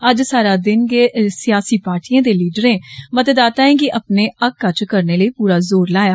अज्ज सारा दिन गै सियासी पार्टिएं दे लीडरें मतदाताएं गी अपने हक्का च करने लेई पूरा जोर लाया